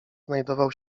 znajdował